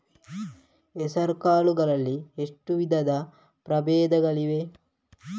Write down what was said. ಹೆಸರುಕಾಳು ಗಳಲ್ಲಿ ಎಷ್ಟು ವಿಧದ ಪ್ರಬೇಧಗಳಿವೆ?